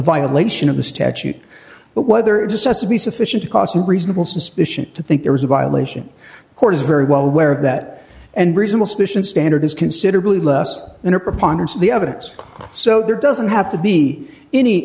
violation of the statute but whether it's a cessna be sufficient to cause reasonable suspicion to think there was a violation of course very well aware of that and reasonable suspicion standard is considerably less than a preponderance of the evidence so there doesn't have to be any